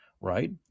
right